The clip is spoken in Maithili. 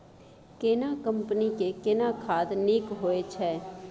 केना कंपनी के केना खाद नीक होय छै?